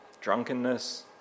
drunkenness